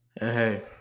Hey